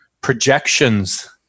projections